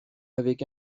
avec